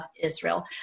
Israel